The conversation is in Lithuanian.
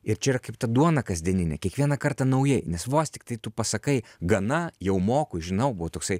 ir čia yra kaip ta duona kasdieninė kiekvieną kartą naujai nes vos tiktai tu pasakai gana jau moku žinau buvo toksai